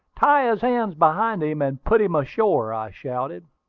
tie his hands behind him, and put him ashore! i shouted.